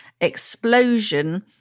explosion